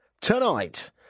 tonight